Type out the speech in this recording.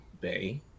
bay